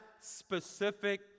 specific